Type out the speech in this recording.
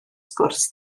sgwrs